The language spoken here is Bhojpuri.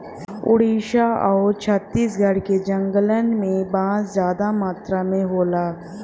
ओडिसा आउर छत्तीसगढ़ के जंगलन में बांस जादा मात्रा में होला